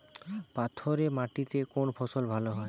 পাথরে মাটিতে কোন ফসল ভালো হয়?